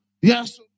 Yes